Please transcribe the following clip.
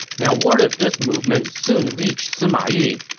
now word of this movement soon reached sima yi,